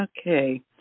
Okay